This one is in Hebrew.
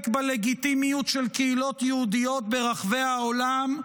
בלגיטימיות של קהילות יהודיות ברחבי העולם,